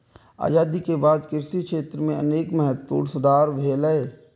आजादी के बाद कृषि क्षेत्र मे अनेक महत्वपूर्ण सुधार भेलैए